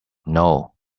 know